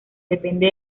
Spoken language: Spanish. depende